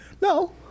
No